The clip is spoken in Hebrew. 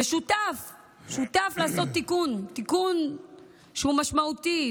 ושותף לעשות תיקון, תיקון שהוא משמעותי.